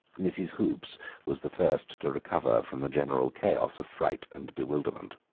mrs. hoops was the first to recover from the general chaos of fright and bewilderment.